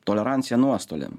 tolerancija nuostoliam